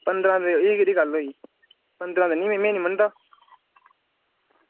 पन्दरां रपे एह् केह्ड़ी गल्ल होई पन्दरां ते नि में नि मनदा